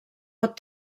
pot